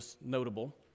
notable